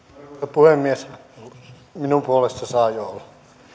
puhemies minun puolestani saa jo olla